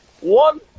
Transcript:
one